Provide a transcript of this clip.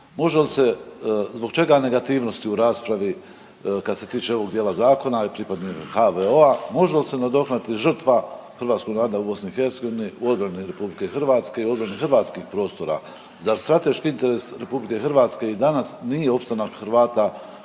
Može li se, zbog čega negativnosti u raspravi kad se tiče ovog dijela zakona i pripadnika HVO-a, može li se nadoknaditi žrtva hrvatskog naroda u BiH u odbrani RH, u odbrani hrvatskih prostora, zar strateški interes RH i danas nije opstanak Hrvata